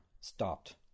stopped